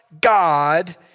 God